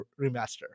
remaster